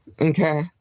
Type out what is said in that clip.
okay